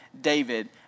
David